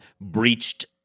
breached